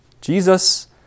Jesus